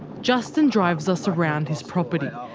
justin drives us around his property,